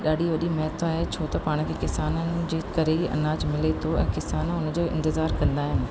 ॾाढी वॾी महत्व आहे छो त पाण खे किसाननि जे करे ई अनाज मिले थो ऐं किसान हुन जो इंतिज़ारु कंदा आहिनि